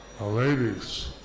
ladies